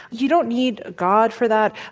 you don't need god for that,